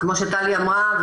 כמו שטלי אמרה,